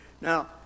Now